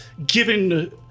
Given